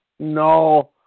No